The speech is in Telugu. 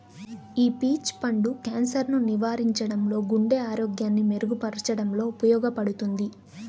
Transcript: ఈ పీచ్ పండు క్యాన్సర్ ను నివారించడంలో, గుండె ఆరోగ్యాన్ని మెరుగు పరచడంలో ఉపయోగపడుతుంది